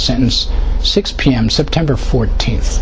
sentence six p m september fourteenth